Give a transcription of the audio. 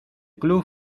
club